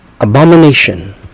abomination